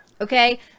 Okay